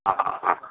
हँ